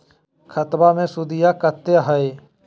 खतबा मे सुदीया कते हय?